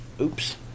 oops